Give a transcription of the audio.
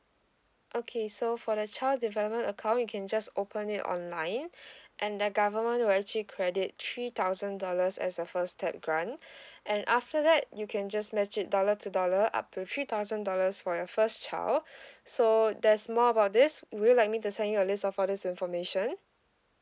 okay so for the child development account you can just open it online and the government will actually credit three thousand dollars as a first step grant and after that you can just match it dollar to dollar up to three thousand dollars for your first child so there's more about this would you like me to send you a list of all this information